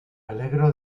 alegro